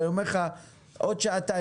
אני אומר לך עוד שעתיים,